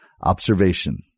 Observation